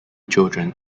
children